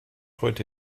heute